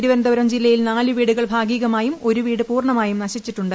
തിരുവനന്തപുരം ജില്ലയിൽ നാലു വീടുകൾ ഭാഗികമായും ഒരു വീട് പൂർണമായും നശിച്ചിട്ടുണ്ട്